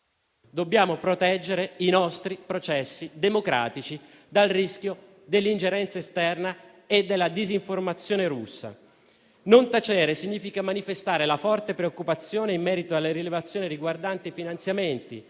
Dobbiamo proteggere i nostri processi democratici dal rischio dell'ingerenza esterna e della disinformazione russa. Non tacere significa manifestare la forte preoccupazione in merito alle rilevazioni riguardanti i finanziamenti